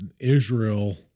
Israel